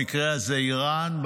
במקרה הזה איראן,